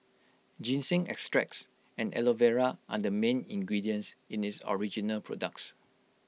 ginseng extracts and Aloe Vera are the main ingredients in its original products